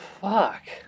fuck